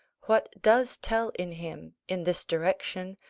what does tell in him, in this direction,